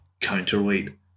counterweight